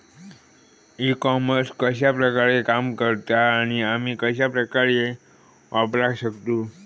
E commerce कश्या प्रकारे काम करता आणि आमी कश्या प्रकारे वापराक शकतू?